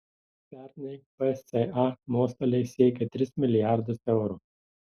pernai psa nuostoliai siekė tris milijardus eurų